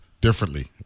differently